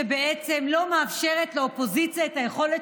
שבעצם לא מאפשרת לאופוזיציה את היכולת